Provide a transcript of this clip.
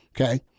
okay